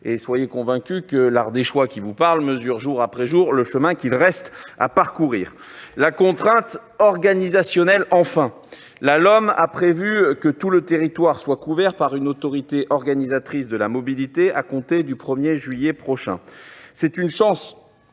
Soyez assurés que l'Ardéchois qui vous parle mesure jour après jour le chemin qu'il reste à parcourir. La troisième est la contrainte organisationnelle. La LOM prévoit que tout le territoire sera couvert par une autorité organisatrice de la mobilité à compter du 1 juillet prochain. C'est une chance